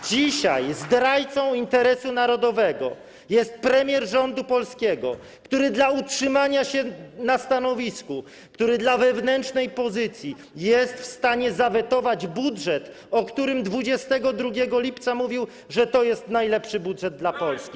Dzisiaj zdrajcą interesu narodowego jest premier rządu polskiego, który dla utrzymania się na stanowisku, który dla wewnętrznej pozycji jest w stanie zawetować budżet, o którym 22 lipca mówił, że to jest najlepszy budżet dla Polski.